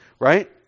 right